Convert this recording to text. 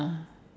ah